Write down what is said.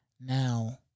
Now